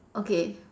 okay